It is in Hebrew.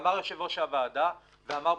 אמר יושב-ראש הוועדה, בצדק,